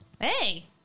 Hey